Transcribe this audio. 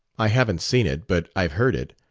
i haven't seen it, but i've heard it.